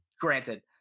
granted